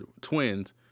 twins